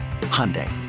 Hyundai